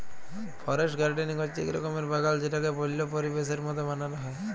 forest gardening হচ্যে এক রকমের বাগাল যেটাকে বল্য পরিবেশের মত বানাল হ্যয়